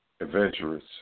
Adventurous